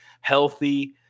healthy